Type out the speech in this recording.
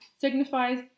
signifies